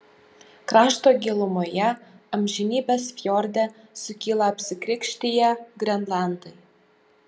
krašto gilumoje amžinybės fjorde sukyla apsikrikštiję grenlandai